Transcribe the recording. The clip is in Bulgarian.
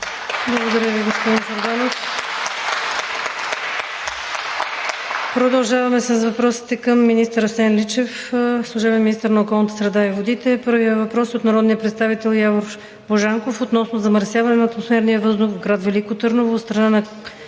Благодаря Ви, господин Чорбанов. Продължаваме с въпросите към Асен Личев – служебен министър на околната среда и водите. Първият въпрос е от народния представител Явор Божанков относно замърсяване на атмосферния въздух в град Велико Търново от страна на